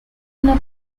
una